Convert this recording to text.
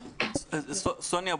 סוניה,